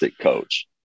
coach